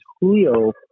Julio